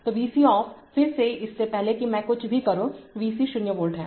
तो V c of फिर से इससे पहले कि मैं कुछ भी करूं Vc 0 वोल्ट है